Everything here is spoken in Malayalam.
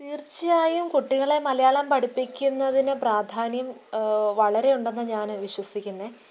തീർച്ചയായും കുട്ടികളെ മലയാളം പഠിപ്പിക്കുന്നതിനു പ്രാധാന്യം വളരെ ഉണ്ടെന്നു ഞാൻ വിശ്വസിക്കുന്നത്